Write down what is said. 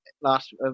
last